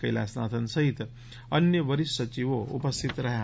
કૈલાસનાથન સહિત અન્ય વરિષ્ઠ સચિવો ઉપસ્થિત રહ્યા હતા